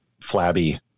flabby